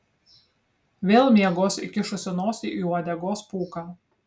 vėl miegos įkišusi nosį į uodegos pūką